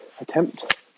attempt